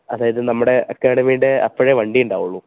അതായത് നമ്മുടെ അക്കാഡമീടെ അപ്പോഴേ വണ്ടി ഉണ്ടാവുള്ളൂ